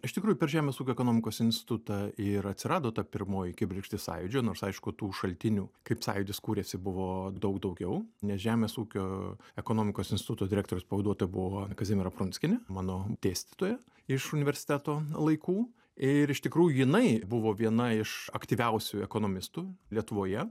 iš tikrųjų per žemės ūkio ekonomikos institutą ir atsirado ta pirmoji kibirkštis sąjūdžio nors aišku tų šaltinių kaip sąjūdis kūrėsi buvo daug daugiau nes žemės ūkio ekonomikos instituto direktorius pavaduotoja buvo kazimiera prunskienė mano dėstytoja iš universiteto laikų ir iš tikrųjų jinai buvo viena iš aktyviausiųjų ekonomistų lietuvoje